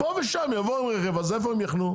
הרי פה ושם יבואו, אז איפה הם יחנו?